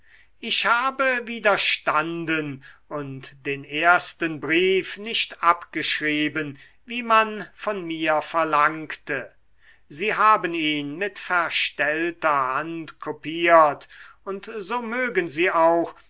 ich habe widerstanden und den ersten brief nicht abgeschrieben wie man von mir verlangte sie haben ihn mit verstellter hand kopiert und so mögen sie auch